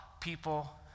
people